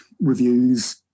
reviews